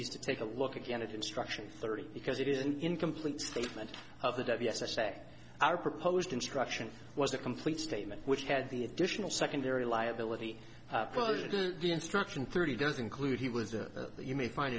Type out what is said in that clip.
to take a look again at instruction thirty because it is an incomplete statement of the ws i say our proposed instruction was a complete statement which had the additional secondary liability closure to the instruction thirty does include he was you may find